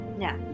Now